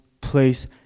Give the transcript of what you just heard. place